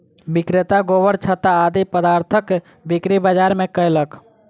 विक्रेता गोबरछत्ता आदि पदार्थक बिक्री बाजार मे कयलक